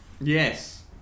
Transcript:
Yes